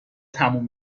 تموم